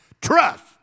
trust